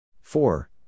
four